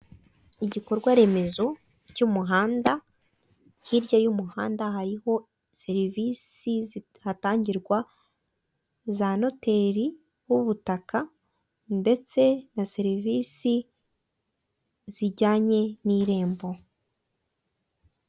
Igikorwa remezo cy'umuhanda hirya y'umuhanda hariho serivisi zihatangirwa za noteri w'ubutaka ndetse na serivisi zijyanye n'irembo.